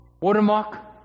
Watermark